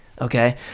okay